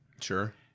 Sure